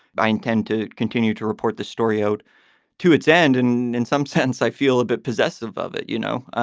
i intend to continue to report this story out to its end. and in some sense, i feel a bit possessive of it, you know.